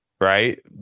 right